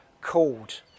called